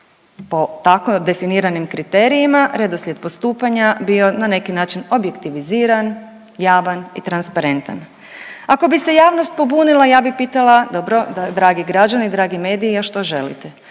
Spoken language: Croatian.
po tako definiranim kriterijima redoslijed postupanja bio na neki način objektiviziran, javan i transparentan. Ako bi se javnost pobunila ja bi pitala, dobro dragi građani, dragi mediji, a što želite,